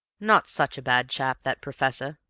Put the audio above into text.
not such a bad chap, that professor,